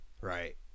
Right